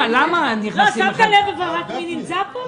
שמתם לב מי נמצאים פה?